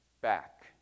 back